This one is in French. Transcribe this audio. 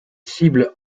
cible